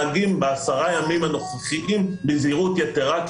בעשרה הימים הנוכחיים אנחנו מתנהגים בזהירות יתרה כי